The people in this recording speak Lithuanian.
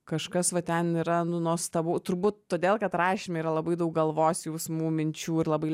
kažkas va ten yra nu nuostabu turbūt todėl kad rašyme yra labai daug galvos jausmų minčių ir labai